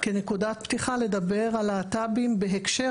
כנקודת פתיחה לדבר על להט"בים בהקשר